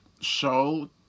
show